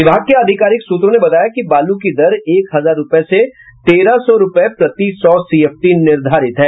विभाग के आधिकारिक सूत्रों ने बताया कि बालू की दर एक हजार रूपये से तेरह सौ रूपये प्रति सौ सीएफटी निर्धारित है